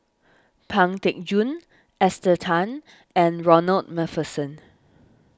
Pang Teck Joon Esther Tan and Ronald MacPherson